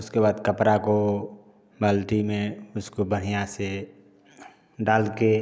उसके बाद कपड़ा को बाल्टी में उसको बढ़िया से डाल के